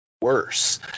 worse